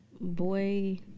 Boy